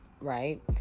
right